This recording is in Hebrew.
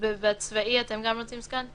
רוצים סגן?